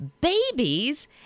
babies